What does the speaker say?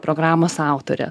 programos autorė